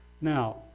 Now